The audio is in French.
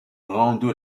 rendu